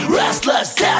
restless